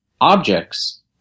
objects